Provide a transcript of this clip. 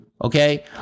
Okay